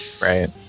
right